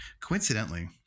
Coincidentally